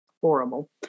horrible